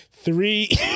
Three